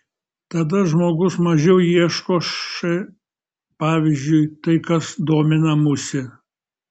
tada žmogus mažiau ieško š pavyzdžiui tai kas domina musę